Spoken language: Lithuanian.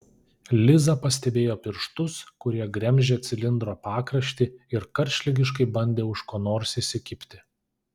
liza pastebėjo pirštus kurie gremžė cilindro pakraštį ir karštligiškai bandė už ko nors įsikibti